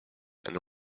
and